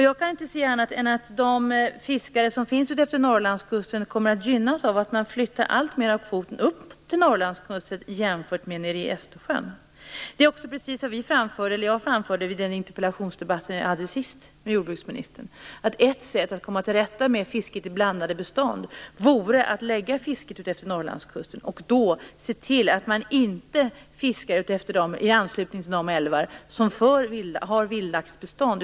Jag kan inte se annat än att de fiskare som finns utefter Norrlandskusten kommer att gynnas av att man flyttar alltmer av kvoten upp till Norrlandskusten från Östersjön. Ett sätt att komma till rätta med fisket i blandade bestånd är, vilket jag framförde vid den interpellationsdebatt vi hade sist med jordbruksministern, att man lägger fisket utefter Norrlandskusten och ser till att det inte fiskas i anslutning till de älvar som har vildlaxbestånd.